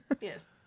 Yes